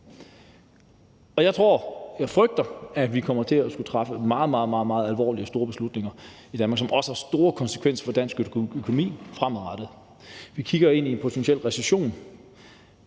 jeg frygter, at vi kommer til at skulle træffe meget, meget alvorlige og store beslutninger i Danmark, som også har store konsekvenser for dansk økonomi fremadrettet. Vi kigger ind i en potentiel recession.